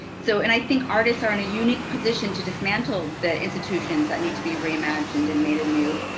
so, and i think artists are in a unique position to dismantle the institutions that need to be re-imagined and made a new,